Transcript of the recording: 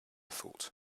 thought